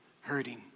hurting